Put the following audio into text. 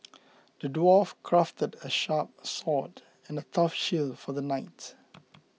the dwarf crafted a sharp sword and a tough shield for the knight